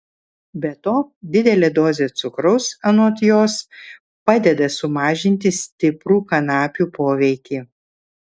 be to didelė dozė cukraus anot jos padeda sumažinti stiprų kanapių poveikį